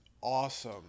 awesome